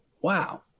Wow